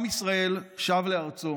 עם ישראל שב לארצו